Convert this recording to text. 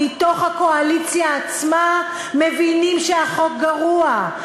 מתוך הקואליציה עצמה מבינים שהחוק גרוע.